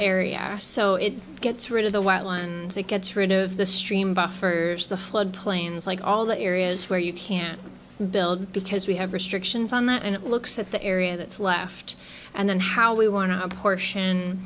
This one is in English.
are so it gets rid of the white lie and say get rid of the stream buffers the flood plains like all the areas where you can't build because we have restrictions on that and it looks at the area that's left and how we want to apportion